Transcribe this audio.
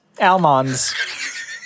Almonds